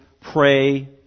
pray